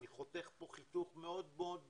אני חותך פה חיתוך מאוד ברור.